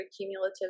cumulative